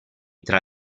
tra